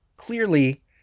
Clearly